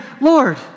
Lord